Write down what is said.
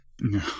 No